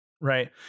right